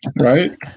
Right